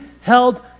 held